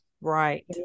Right